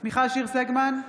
מיכל שיר סגמן,